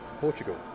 Portugal